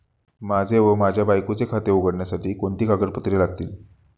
माझे व माझ्या बायकोचे खाते उघडण्यासाठी कोणती कागदपत्रे लागतील?